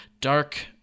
Dark